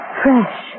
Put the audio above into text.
fresh